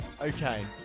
Okay